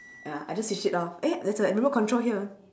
ya I just switch it off eh there's a remote control here